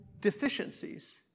deficiencies